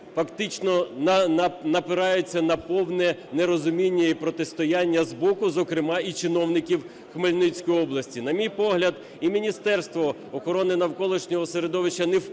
фактично напираються на повне нерозуміння і протистояння з боку зокрема і чиновників Хмельницької області. На мій погляд, і Міністерство охорони навколишнього середовища